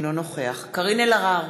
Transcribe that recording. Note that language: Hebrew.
אינו נוכח קארין אלהרר,